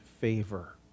favor